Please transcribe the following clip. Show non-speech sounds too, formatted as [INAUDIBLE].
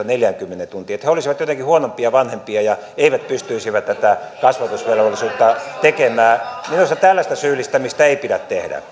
[UNINTELLIGIBLE] neljäänkymmeneen tuntiin olisivat jotenkin huonompia vanhempia ja eivät pystyisi tätä kasvatusvelvollisuuttaan tekemään minusta tällaista syyllistämistä ei pidä tehdä [UNINTELLIGIBLE]